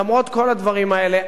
למרות כל הדברים האלה,